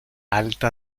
alta